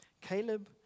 Caleb